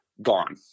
Gone